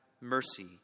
mercy